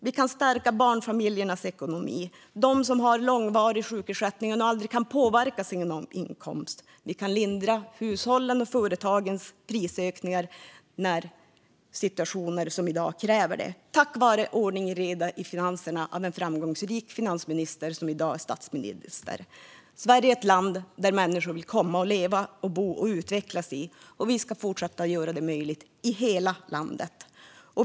Vi kan stärka ekonomin för barnfamiljerna och för dem som har långvarig sjukersättning och inte kan påverka sin inkomst. Vi kan lindra hushållens och företagens prisökningar när situationer som den vi har i dag kräver det. Det kan vi göra tack vare att det är ordning och reda i finanserna och tack vare att vi har haft en framgångsrik finansminister som i dag är statsminister. Sverige är ett land dit människor vill komma för att leva, bo och utvecklas. Vi ska fortsätta göra det möjligt i hela landet.